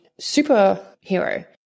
superhero